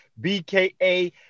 BKA